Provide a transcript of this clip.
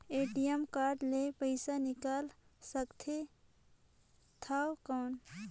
ATM card ले पइसा निकाल सकथे थव कौन?